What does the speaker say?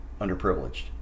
underprivileged